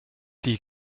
die